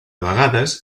vegades